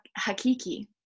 Hakiki